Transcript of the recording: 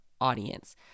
audience